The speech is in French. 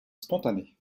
spontané